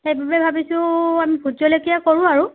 সেইবাবে ভাবিছোঁ আমি ভোট জলকীয়া কৰোঁ আৰু